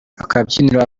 akabyiniro